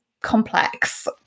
complex